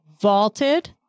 Vaulted